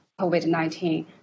COVID-19